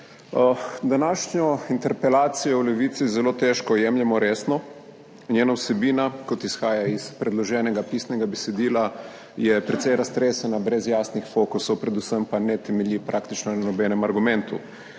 Današnjo interpelacijo v Levici zelo težko jemljemo resno. Njena vsebina, kot izhaja iz predloženega pisnega besedila, je precej raztresena, brez jasnih fokusov, predvsem pa ne temelji praktično na nobenem argumentu,